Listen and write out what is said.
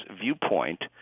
viewpoint